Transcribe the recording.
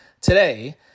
today